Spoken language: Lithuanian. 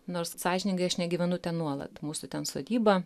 nors sąžiningai aš negyvenu ten nuolat mūsų ten sodyba